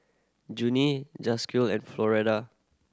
Junie Jaquez and Floretta